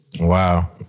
Wow